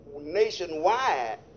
nationwide